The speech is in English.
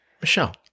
Michelle